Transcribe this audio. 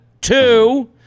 Two